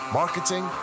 marketing